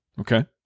Okay